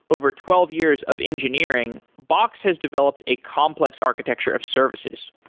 over twelve years of engineering, box has developed a complex architecture of services.